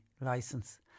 license